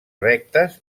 rectes